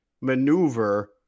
maneuver